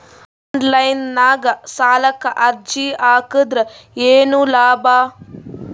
Online ನಾಗ್ ಸಾಲಕ್ ಅರ್ಜಿ ಹಾಕದ್ರ ಏನು ಲಾಭ?